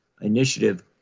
initiative